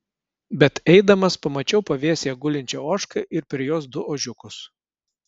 bet eidamas pamačiau pavėsyje gulinčią ožką ir prie jos du ožiukus